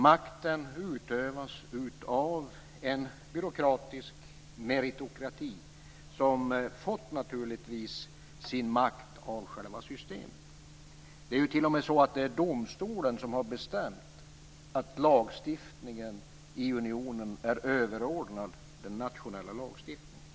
Makten utövas av en byråkratisk meritokrati, som naturligtvis har fått sin makt av själva systemet. Det är t.o.m. så att det är domstolen som har bestämt att lagstiftningen i unionen är överordnad den nationella lagstiftningen.